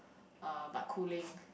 uh but cooling